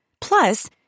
Plus